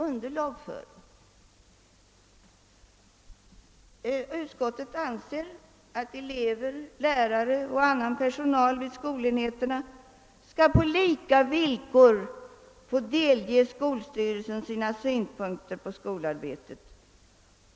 Utskottet anser att elever, lärare och annan personal vid skolenheterna på lika villkor skall få delge skolstyrelsen sina synpunkter på skolarbetet.